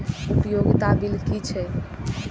उपयोगिता बिल कि छै?